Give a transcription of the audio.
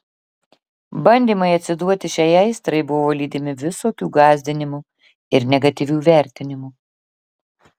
bandymai atsiduoti šiai aistrai buvo lydimi visokių gąsdinimų ir negatyvių vertinimų